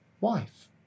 wife